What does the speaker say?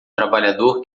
trabalhador